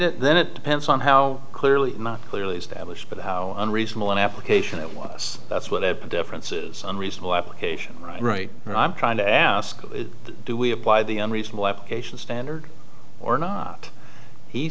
it then it depends on how clearly not clearly established but how unreasonable an application that was that's what the difference is unreasonable application right and i'm trying to ask do we apply the unreasonable application standard or not he